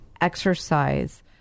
Exercise